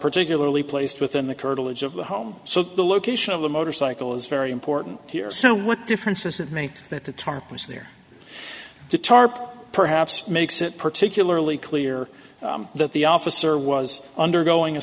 particularly placed within the curtilage of the home so the location of the motorcycle is very important here so what difference does it make that the tarp was there to tarp perhaps makes it particularly clear that the officer was undergoing a